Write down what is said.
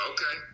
Okay